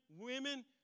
women